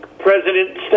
President